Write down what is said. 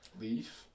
Leaf